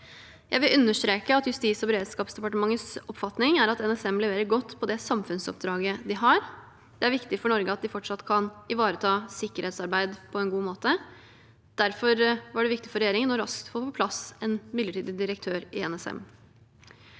Jeg vil understreke at Justis- og beredskapsdepartementets oppfatning er at NSM leverer godt på det samfunnsoppdraget de har. Det er viktig for Norge at de fortsatt kan ivareta sikkerhetsarbeid på en god måte. Derfor var det viktig for regjeringen raskt å få på plass en midlertidig direktør i NSM.